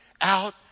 out